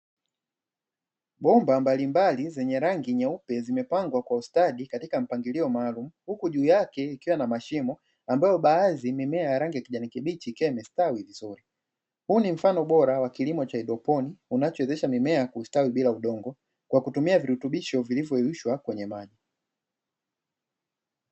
Bomba mbalimbali zenye rangi nyeupe, zimepangwa kwa ustadi katika mpangilio maalumu, huku juu yake ikiwa na mashimo, ambayo baadhi mimea ya rangi ya kijani kibichi ikiwa imestawi vizuri, huu ni mfano bora wa kilimo cha haidroponi unachowezesha mimea kustawi bila udogo, kwa kutumia virutubisho vilivyoyeyushwa kwenye maji.